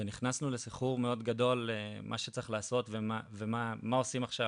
ונכנסנו לסחרור מאד גדול של מה שצריך לעשות ומה עושים עכשיו,